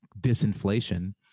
disinflation